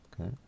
Okay